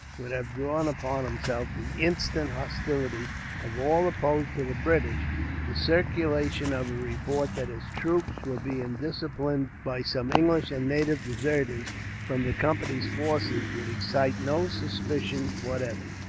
would have drawn upon himself the instant hostility of all opposed to the british the circulation of a report that his troops were being disciplined by some english and native deserters, from the company's forces, would excite no suspicion whatever.